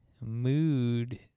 mood